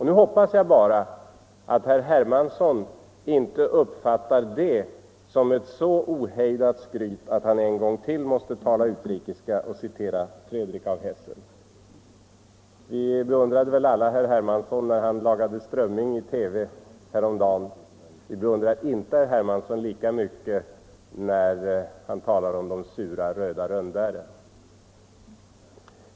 Nu hoppas jag bara att herr Hermansson inte uppfattar det som ett så ohejdat skryt, att han än en gång måste tala utrikiska och citera Fredrik av Hessen. Vi beundrade väl alla herr Hermansson när han lagade strömming i TV häromdagen. Vi beundrar inte herr Hermansson lika mycket när han talar om de sura röda rönnbären.